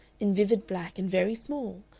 in vivid black and very small,